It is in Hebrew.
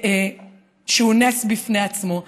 שזה נס בפני עצמו.